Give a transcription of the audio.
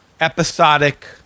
episodic